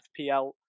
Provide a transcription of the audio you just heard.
FPL